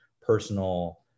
personal